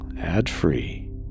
ad-free